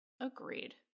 Agreed